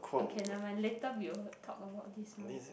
okay never mind later we will talk about this more